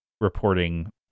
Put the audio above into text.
reporting